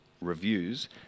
reviews